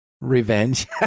Revenge